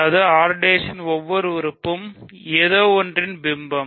அதாவது R'ன் ஒவ்வொரு உறுப்பும் ஏதோவொன்றின் பிம்பம்